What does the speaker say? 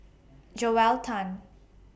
Joel Tan